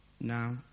Now